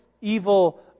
evil